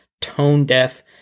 tone-deaf